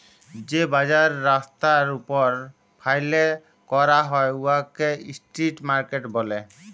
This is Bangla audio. যে বাজার রাস্তার উপর ফ্যাইলে ক্যরা হ্যয় উয়াকে ইস্ট্রিট মার্কেট ব্যলে